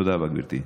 תודה רבה, גברתי.